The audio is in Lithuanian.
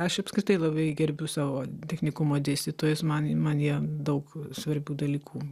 aš apskritai labai gerbiu savo technikumo dėstytojus man man jie daug svarbių dalykų